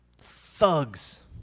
thugs